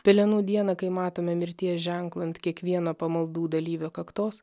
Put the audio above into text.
pelenų dieną kai matome mirties ženklą ant kiekvieno pamaldų dalyvio kaktos